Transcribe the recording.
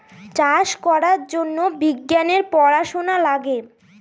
চাষ করার জন্য বিজ্ঞানের পড়াশোনা লাগে